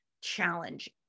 challenge